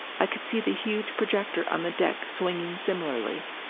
i could see the huge projector on the deck swinging similarly.